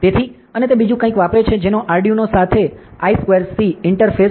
તેથી અને તે બીજું કંઈક વાપરીએ છીએ જેને કહે છે કે I2C આર્ડિનો સાથે ઇન્ટરફેસ